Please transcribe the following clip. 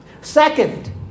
Second